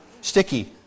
sticky